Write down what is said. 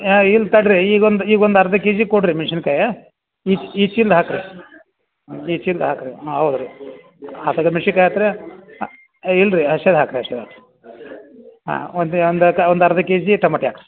ಆಂ ಇಲ್ಲಿ ತಡಿರಿ ಈಗ ಒಂದು ಈಗ ಒಂದು ಅರ್ಧ ಕೆ ಜಿ ಕೊಡಿರಿ ಮೆಣ್ಸಿನ್ಕಾಯ ಈ ಈ ಚೀಲ್ದು ಹಾಕಿರಿ ಹ್ಞೂ ಈ ಚೀಲ್ದು ಹಾಕಿರಿ ಹಾಂ ಹೌದು ರೀ ಹಸಿದು ಮೆಣ್ಸಿನ್ಕಾಯಿ ಹಾಕಿರಿ ಹಾಂ ಇಲ್ಲರೀ ಹಸೀದು ಹಾಕಿರಿ ಹಸೀದು ಹಾಕಿ ಹಾಂ ಒಂದು ಒಂದು ಕ ಒಂದು ಅರ್ಧ ಕೆ ಜಿ ಟಮಾಟ ಹಾಕಿರಿ